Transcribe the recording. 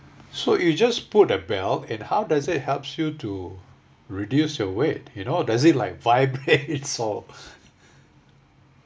so you just put a belt and how does it helps you to reduce your weight you know does it like vibrate or